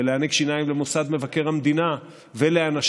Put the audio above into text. ולהעניק שיניים למוסד מבקר המדינה ולאנשיו,